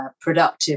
productive